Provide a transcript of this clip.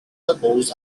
elbows